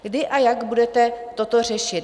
Kdy a jak budete toto řešit?